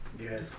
Yes